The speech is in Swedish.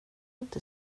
inte